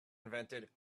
invented